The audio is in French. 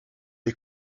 est